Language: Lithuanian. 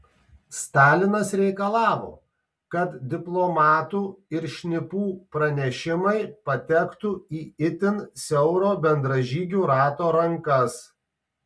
stalinas reikalavo kad diplomatų ir šnipų pranešimai patektų į itin siauro bendražygių rato rankas